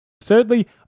Thirdly